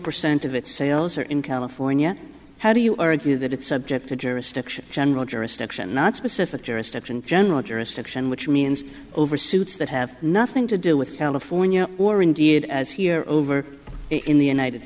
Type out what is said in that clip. percent of its sales are in california how do you argue that it's subject to jurisdiction general jurisdiction not specific jurisdiction general jurisdiction which means over suits that have nothing to do with california or indeed as here over in the united